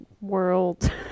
world